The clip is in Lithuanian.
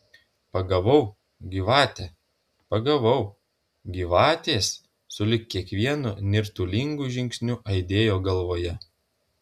pagavau gyvate pagavau gyvatės sulig kiekvienu nirtulingu žingsniu aidėjo galvoje